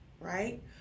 right